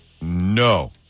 No